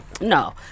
No